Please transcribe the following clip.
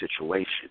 situation